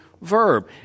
verb